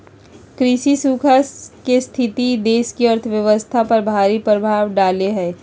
कृषि सूखा के स्थिति देश की अर्थव्यवस्था पर भारी प्रभाव डालेय हइ